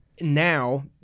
now